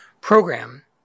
program